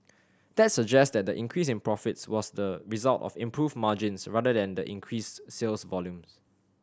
that suggests that the increase in profits was the result of improved margins rather than the increased sales volumes